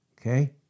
Okay